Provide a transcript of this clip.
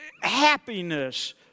happiness